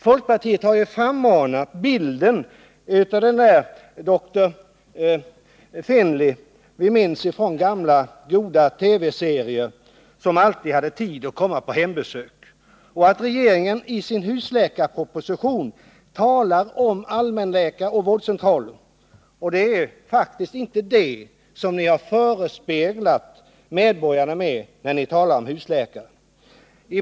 Folkpartiet har ju frammanat bilden av doktor Finlay, som vi minns från den gamla goda TV-serien och som alltid hade tid att komma på hembesök. Regeringen talar i sin husläkarproposition om allmänläkaroch vårdcentraler, och det är faktiskt inte det som ni har förespeglat medborgarna när ni talat om husläkare.